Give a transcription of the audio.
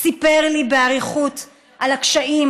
סיפר לי באריכות על הקשיים,